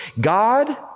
God